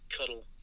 cuddle